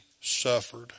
suffered